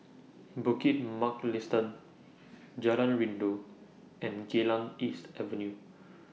Bukit Mugliston Jalan Rindu and Geylang East Avenue